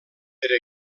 per